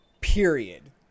period